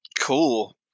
cool